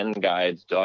Guides